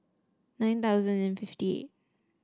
nine thousand and fifty eight